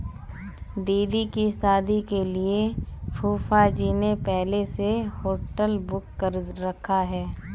दीदी की शादी के लिए फूफाजी ने पहले से होटल बुक कर रखा है